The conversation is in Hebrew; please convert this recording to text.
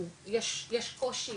יש קושי,